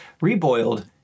reboiled